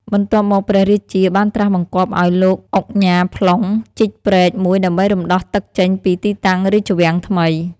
បន្ទាប់មកព្រះរាជា បានត្រាសបង្គាប់ឱ្យ លោកឧញ៉ាផ្លុង ជីកព្រែកមួយដើម្បីរំដោះទឹកចេញពីទីតាំងរាជវាំងថ្មី ។